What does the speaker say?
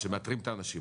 עד שמאתרים את האנשים,